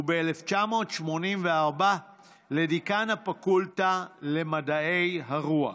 וב-1984 לדיקן הפקולטה למדעי הרוח.